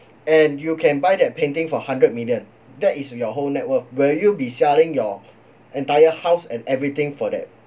and you can buy that painting for hundred million that is your whole net worth will you be selling your entire house and everything for that